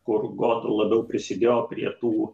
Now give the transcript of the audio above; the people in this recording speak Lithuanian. kur goda labiau prisidėjo prie tų